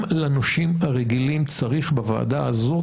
גם לנושים הרגילים צריך בוועדה הזאת